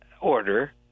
order